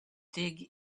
dig